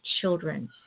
children